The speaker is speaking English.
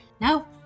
No